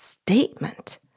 statement